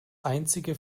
einzige